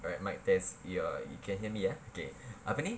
alright mic test your you can hear me ah apa ni